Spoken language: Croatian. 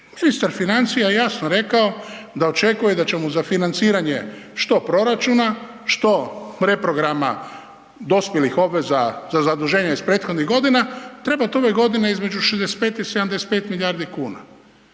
Ministar financija je jasno rekao da očekuje da će mu za financiranje, što proračuna, što reprograma dospjelih obveza za zaduženje iz prethodnih godina trebati ove godine između 65 i 75 milijardi kuna.